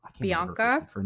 Bianca